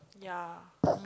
ya I mean